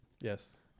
Yes